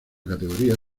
categoría